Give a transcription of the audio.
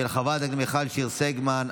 של חברת הכנסת מיכל שיר סגמן.